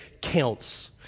counts